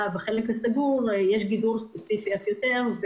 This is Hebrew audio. בחלק הסגור יש גידור ספציפי אף יותר,